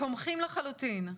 תומכיחם לחלוטין.